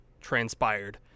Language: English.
transpired